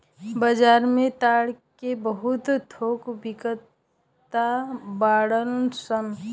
बाजार में ताड़ के बहुत थोक बिक्रेता बाड़न सन